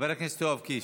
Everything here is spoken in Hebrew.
חבר הכנסת יואב קיש,